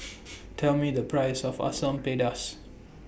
Tell Me The Price of Asam Pedas